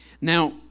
Now